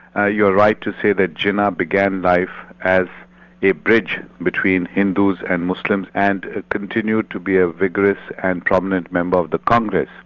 ah you are right to say that jinnah began life as a bridge between hindus and muslims, and continued to be a vigorous and prominent member of the congress.